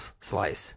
slice